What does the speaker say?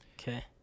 Okay